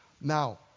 Now